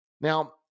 now